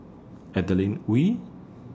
Adeline Ooi